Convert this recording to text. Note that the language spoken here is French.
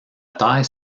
taille